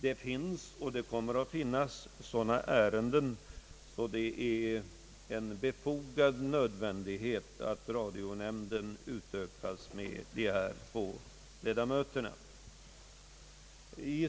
Det finns och det kommer att finnas sådana ärenden som gör att det är befogat att radionämnden utökas med dessa två ledamöter.